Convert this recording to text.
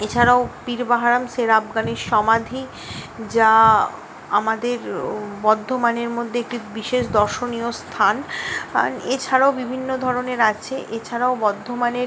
এছাড়াও পীরবাহারাম শের আফগানের সমাধি যা আমাদের বর্ধমানের মধ্যে একটি বিশেষ দর্শনীয় স্থান এছাড়াও বিভিন্ন ধরনের আছে এছাড়াও বর্ধমানের